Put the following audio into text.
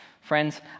Friends